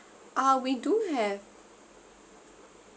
uh we do have